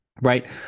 right